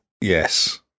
Yes